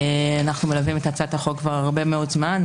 אנחנו מלווים את הצעת החוק כבר הרבה מאוד זמן,